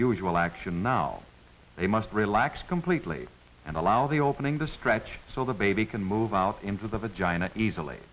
usual action now they must relax completely and allow the opening the stretch so the baby can move out into the vagina easily